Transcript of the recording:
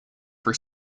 for